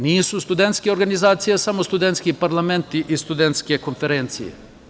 Nisu studentske organizacije samo studentski parlamenti i studentske konferencije.